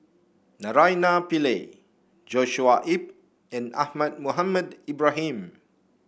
Naraina Pillai Joshua Ip and Ahmad Mohamed Ibrahim